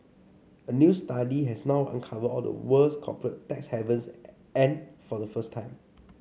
a new study has now uncovered all the world's corporate tax havens and for the first time